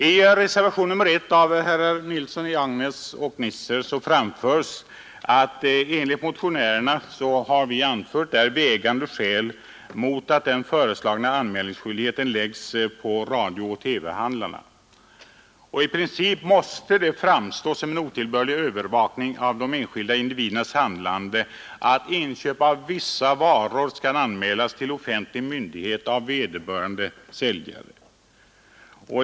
I reservationen 1 framhåller herrar Nilsson i Agnäs och Nisser att motionärerna har anfört vägande skäl mot att den föreslagna anmälningsskyldigheten läggs på radiooch TV-handlarna och att det i princip måste framstå som en otillbörlig övervakning av de enskilda individernas handlande att inköp av vissa varor skall anmälas till offentlig myndighet av vederbörande säljare.